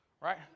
right